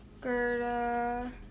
Gerda